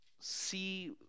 see